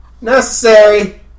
Necessary